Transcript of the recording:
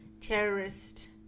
terrorist